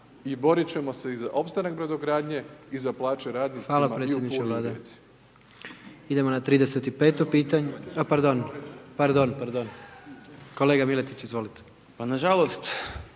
I borit ćemo se za opstanak brodogradnje i za plaće radnicima.